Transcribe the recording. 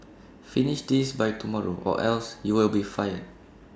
finish this by tomorrow or else you'll be fired